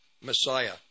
Messiah